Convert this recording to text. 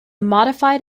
modified